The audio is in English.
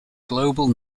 global